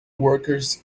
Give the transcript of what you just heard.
workers